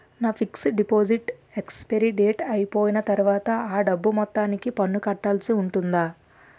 నా fixed deposit expiry date అయిపోయిన తర్వాత అ డబ్బు మొత్తానికి పన్ను కట్టాల్సి ఉంటుందా?